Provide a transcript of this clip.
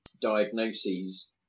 diagnoses